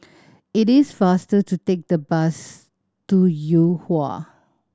it is faster to take the bus to Yuhua